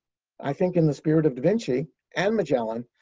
i think in the spirit of da vinci and magellan,